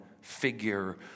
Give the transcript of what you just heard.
figure